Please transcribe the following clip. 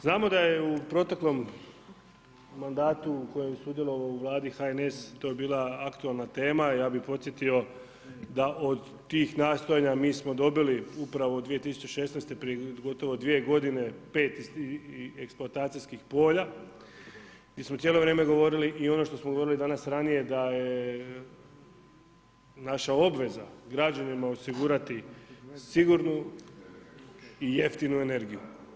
Znamo da je u proteklom mandatu koji je sudjelovao u Vladi i HNS, to je bila aktualna tema, ja bi podsjetio, da od tih nastojanja, mi smo dolili upravo 2016. prije gotovo 2 g. 5 eksploatacijskih polja, gdje smo cijelo vrijeme govorili i ono što smo govorili danas ranije, da je naša obveza građanima osigurati sigurnu i jeftinu energiju.